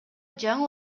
жаңы